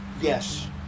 Yes